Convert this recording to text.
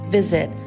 visit